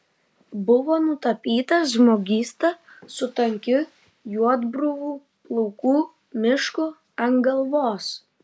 buvo nutapytas žmogysta su tankiu juodbruvų plaukų mišku ant galvos